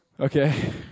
Okay